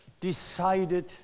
decided